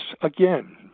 again